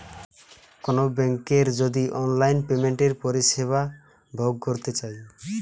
কোনো বেংকের যদি অনলাইন পেমেন্টের পরিষেবা ভোগ করতে চাই